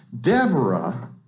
Deborah